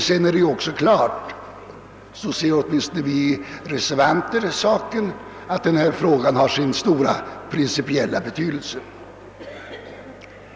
Sedan är det också klart — åtminstone ser vi reservanter saken så — att denna fråga har sin stora principiella betydelse.